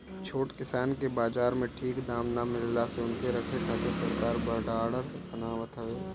छोट किसान के बाजार में ठीक दाम ना मिलला से उनके रखे खातिर सरकार भडारण बनावत हवे